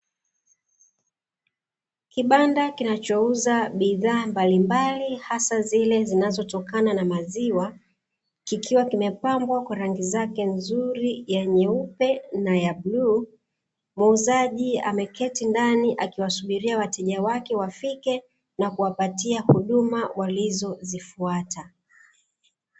Kibanda kinachouza bidhaa mbalimbali hasa zile zinazotokana na maziwa, kikiwa kimepambwa kwa rangi zake nzuri, (ya nyeupe na ya bluu). Muuzaji ameketi ndani akiwasubiria wateja wake wafike, ana kuwapatia huduma walizozifuata.